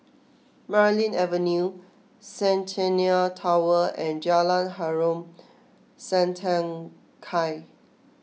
Marlene Avenue Centennial Tower and Jalan Harom Setangkai